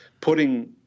putting